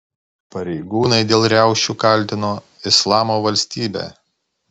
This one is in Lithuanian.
pareigūnai dėl riaušių kaltino islamo valstybę